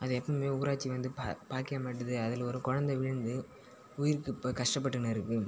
அது எப்போமே ஊராட்சி வந்து பா பார்க்கவே மாட்டுது அதில் ஒரு குழந்த விழுந்து உயிருக்கு இப்போ கஷ்டப்பட்டுன்னு இருக்குது